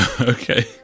Okay